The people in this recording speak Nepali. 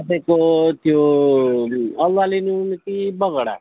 तपाईँको त्यो अलुवा लिनुहुने कि बगडा